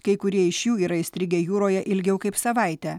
kai kurie iš jų yra įstrigę jūroje ilgiau kaip savaitę